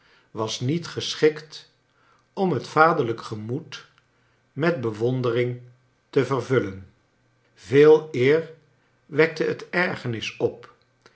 was niet geschikt om het vaderlijk gemoed met be wondering te vervullen veeleer wekte het ergernis op